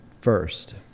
first